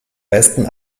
besten